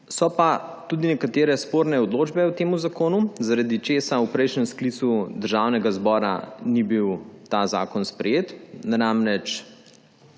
So pa tudi nekatere sporne določbe v tem zakonu, zaradi česar v prejšnjem sklicu državnega zbora ni bil ta zakon sprejet.